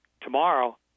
tomorrow